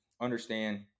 understand